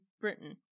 Britain